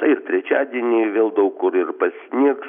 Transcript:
tai ir trečiadienį vėl daug kur ir pasnigs